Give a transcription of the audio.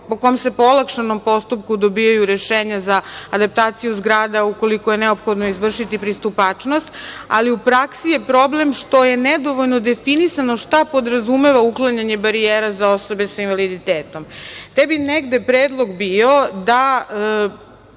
po kom se po olakšanom postupku dobijaju rešenja za adaptaciju zgrada ukoliko je neophodno izvršiti pristupačnost, ali u praksi je problem što je nedovoljno definisano šta podrazumeva uklanjanje barijera za osobe sa invaliditetom, te bi negde predlog bio da,